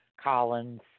Collins